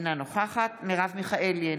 אינה נוכחת מרב מיכאלי,